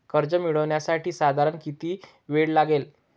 कर्ज मिळविण्यासाठी साधारण किती वेळ लागेल?